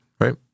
right